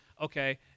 okay